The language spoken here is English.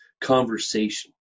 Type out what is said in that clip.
conversation